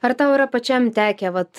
ar tau yra pačiam tekę vat